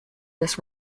this